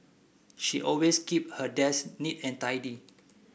she always keep her desk neat and tidy